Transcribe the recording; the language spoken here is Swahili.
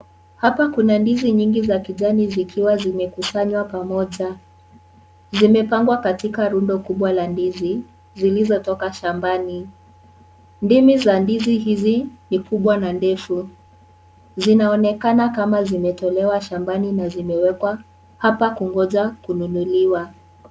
Hapa kuna ndizi nyingi za kijani zikiwa zimekusanywa pamoja zimepangwa katika rundo kubwa la ndizi zilizotoka shambani ndimi za ndizi hizi ni kubwa na ndefu zinaonekana kama zimetolewa shambani na zimewekwa hapa kungoja kununuliwa.